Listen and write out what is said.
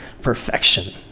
perfection